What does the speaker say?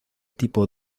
tipo